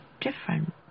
different